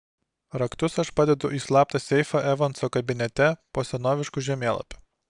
raktus aš padedu į slaptą seifą evanso kabinete po senovišku žemėlapiu